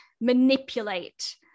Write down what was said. manipulate